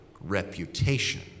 reputation